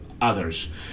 others